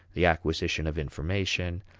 the acquisition of information,